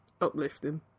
uplifting